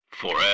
Forever